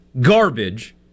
garbage